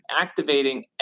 activating